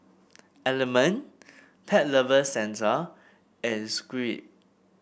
Element Pet Lovers Centre and Schweppes